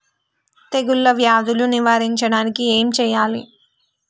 తెగుళ్ళ వ్యాధులు నివారించడానికి ఏం చేయాలి?